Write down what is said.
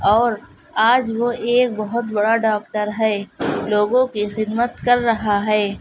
اور آج وہ ایک بہت بڑا ڈاکٹر ہے لوگوں کی خدمت کر رہا ہے